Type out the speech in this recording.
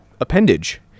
appendage